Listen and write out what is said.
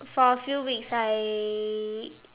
for a few weeks I